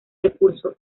recurso